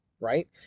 right